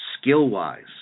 skill-wise